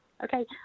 Okay